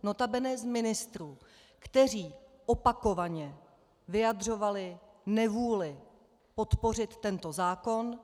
Nota bene z ministrů, kteří opakovaně vyjadřovali nevůli podpořit tento zákon.